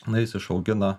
na jis išaugina